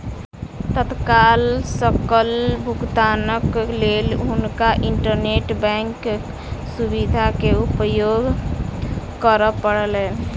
तत्काल सकल भुगतानक लेल हुनका इंटरनेट बैंकक सुविधा के उपयोग करअ पड़लैन